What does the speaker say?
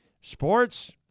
sports